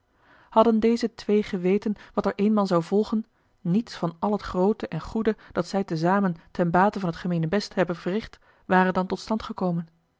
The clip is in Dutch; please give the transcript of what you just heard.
hadden deze twee geweten wat er eenmaal zou volgen niets van al het groote en goede dat zij te zamen ten bate a l g bosboom-toussaint de delftsche wonderdokter eel emeenebest hebben verricht ware dan